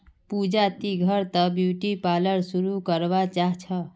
पूजा दी घर त ब्यूटी पार्लर शुरू करवा चाह छ